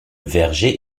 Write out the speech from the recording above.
verger